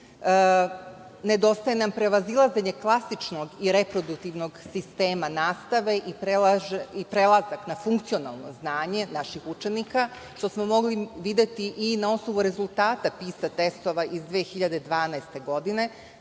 Nedostaje nam prevazilaženje klasičnog i reproduktivnog sistema nastave i prelazak na funkcionalno znanje naših učenika, što smo mogli videti i na osnovu rezultata PISA testova iz 2012. godine,